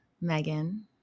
Megan